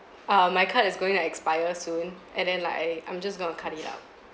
err my card is going to expire soon and then like I I'm just going to cut it out